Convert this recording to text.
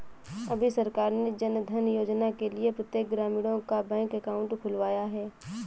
अभी सरकार ने जनधन योजना के लिए प्रत्येक ग्रामीणों का बैंक अकाउंट खुलवाया है